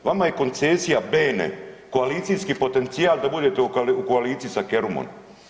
Vama je koncesija bene, koalicijski potencijal da budete u koaliciji sa Kerumom.